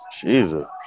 Jesus